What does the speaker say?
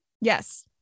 yes